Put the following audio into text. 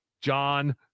John